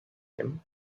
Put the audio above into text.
him